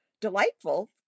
delightful